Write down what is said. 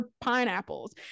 pineapples